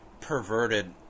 perverted